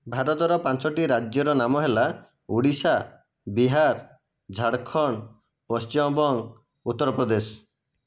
ଭାରତର ପାଞ୍ଚଟି ରାଜ୍ୟର ନାମ ହେଲା ଓଡ଼ିଶା ବିହାର ଝାଡ଼ଖଣ୍ଡ ପଶ୍ଚିମବଙ୍ଗ ଉତ୍ତରପ୍ରଦେଶ